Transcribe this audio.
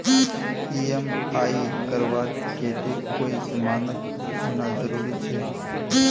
EMI करवार केते कोई जमानत होना जरूरी छे?